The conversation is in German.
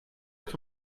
kann